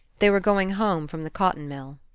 they were going home from the cotton-mill.